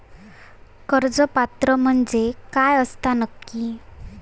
कर्ज पात्र म्हणजे काय असता नक्की?